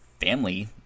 family